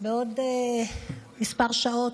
בעוד כמה שעות,